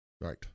right